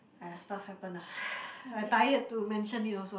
(aiya) stuff happen lah I tired to mention it also lah